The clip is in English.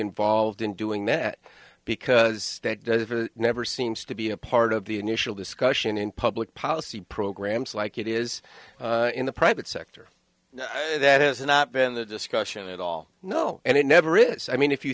involved in doing that because that never seems to be a part of the initial discussion in public policy programs like it is in the private sector that has not been the discussion at all no and it never is i mean if you